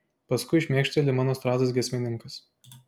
paskui šmėkšteli mano strazdas giesmininkas